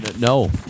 No